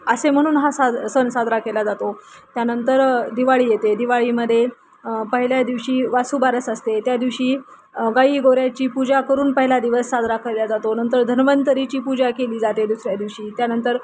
असे म्हणून हा सा सण साजरा केला जातो त्यानंतर दिवाळी येते दिवाळीमध्ये पहिल्या दिवशी वसुबारस असते त्या दिवशी गाई गोऱ्हाची पूजा करून पहिला दिवस साजरा केल्या जातो नंतर धन्वंतरीची पूजा केली जाते दुसऱ्या दिवशी त्यानंतर